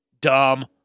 Dumb